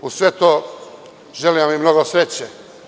Uz sve to želim vam i mnogo sreće.